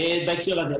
בהקשר הזה.